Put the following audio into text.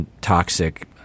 toxic